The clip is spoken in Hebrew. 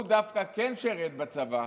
הוא דווקא כן שירת בצבא,